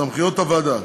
סמכויות הוועדה: